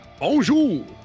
bonjour